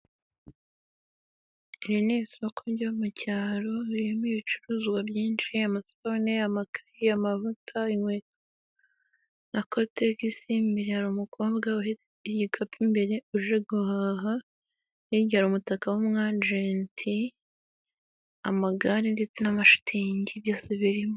Iri ni isoko ryo mu cyaro, ririmo ibicuruzwa byinshi, amasabune, amakaye, amavuta, inkweto na kotegisi. Imbere hari umukobwa, uhetse igikapu imbere uje guhaha hirya hari umutaka w'umwagenti, amagare ndetse n'amashitingi byose birimo.